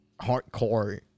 hardcore